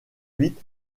cuite